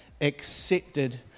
accepted